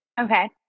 Okay